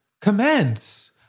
Commence